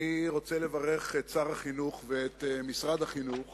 אני רוצה לברך את שר החינוך ואת משרד החינוך